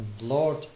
Lord